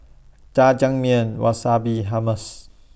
Jajangmyeon Wasabi Hummus